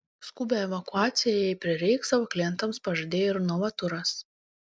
skubią evakuaciją jei prireiks savo klientams pažadėjo ir novaturas